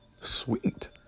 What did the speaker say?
sweet